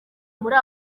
muri